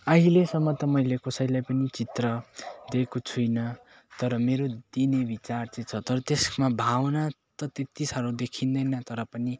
अहिलेसम्म त मैले कसैलाई पनि चित्र दिएको छुइनँ तर मेरो दिने विचार चाहिँ छ तर त्यसमा भावना त तेत्तिसाह्रो देखिँदैन तर पनि